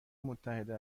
متحده